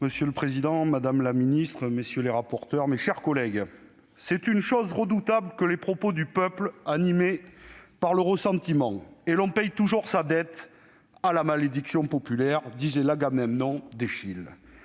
Monsieur le président, madame la ministre, mes chers collègues, « c'est une chose redoutable que les propos du peuple animé par le ressentiment, et l'on paye toujours sa dette à la malédiction populaire », disait l'Agamemnon d'Eschyle.